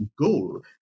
goal